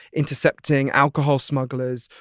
intercepting alcohol smugglers,